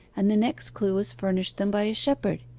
and the next clue was furnished them by a shepherd.